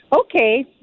Okay